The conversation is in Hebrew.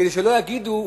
כדי שלא יגידו,